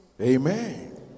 Amen